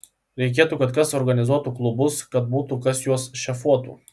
reikėtų kad kas organizuotų klubus kad būtų kas juos šefuotų